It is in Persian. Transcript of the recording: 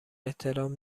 احترام